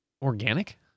organic